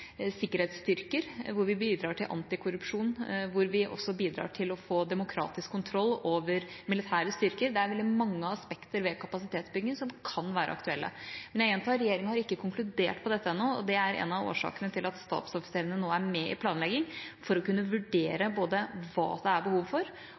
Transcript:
sikkerhetsstyrker, hvor vi bidrar til antikorrupsjon, og hvor vi også bidrar til å få demokratisk kontroll over militære styrker. Det er veldig mange aspekter ved kapasitetsbygging som kan være aktuelle. Men jeg gjentar: Regjeringa har ikke konkludert på dette ennå, og det er en av årsakene til at stabsoffiserene nå er med i planleggingen, for å kunne vurdere